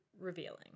revealing